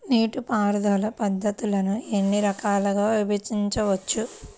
నీటిపారుదల పద్ధతులను ఎన్ని రకాలుగా విభజించవచ్చు?